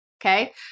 Okay